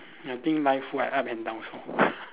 I think life full up and downs lor